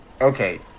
Okay